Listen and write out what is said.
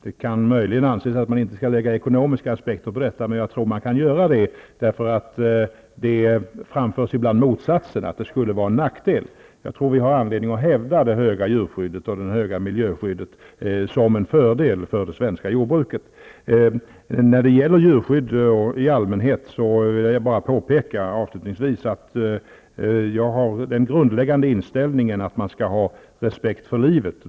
Det kan möjligen anses att vi inte skall lägga ekonomiska aspekter på det, men jag tror att man kan göra det därför att det ibland framförs att det skulle vara tvärtom, att det alltså skulle vara en nackdel. Jag tror att vi har anledning att hävda det höga djur och miljöskyddet som en fördel för det svenska jordbruket. När det gäller djurskydd i allmänhet vill jag avslutningsvis påpeka att jag har den grundläggande inställningen att vi skall ha respekt för livet.